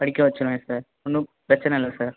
படிக்க வெச்சுருவேன் சார் ஒன்றும் பிரச்சின இல்லை சார்